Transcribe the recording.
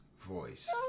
voice